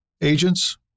agents